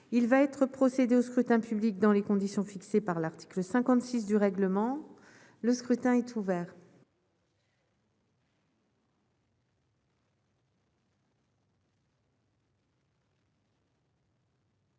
il va être procédé au scrutin public dans les conditions fixées par l'article 56 du règlement, le scrutin est ouvert.